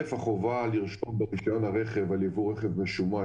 החובה לרשום ברישיון הרכב שהרכב משומש,